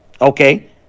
Okay